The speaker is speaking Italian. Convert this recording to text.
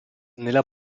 nella